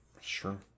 Sure